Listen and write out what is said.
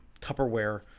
Tupperware